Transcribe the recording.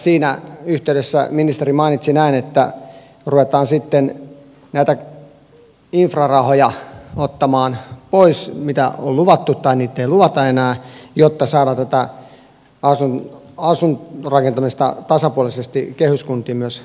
siinä yhteydessä ministeri mainitsi näin että ruvetaan sitten näitä infrarahoja ottamaan pois mitä on luvattu tai niitä ei luvata enää jotta saadaan tätä asuinrakentamista tasapuolisesti myös kehyskuntiin rakennettua